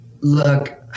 look